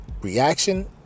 reaction